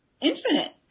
infinite